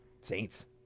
Saints